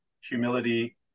humility